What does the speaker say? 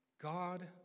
God